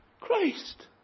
Christ